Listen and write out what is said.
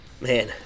man